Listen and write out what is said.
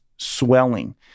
swelling